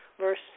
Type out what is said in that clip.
verse